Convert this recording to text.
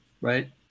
Right